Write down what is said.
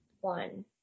One